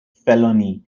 felony